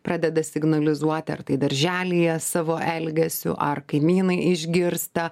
pradeda signalizuoti ar tai darželyje savo elgesiu ar kaimynai išgirsta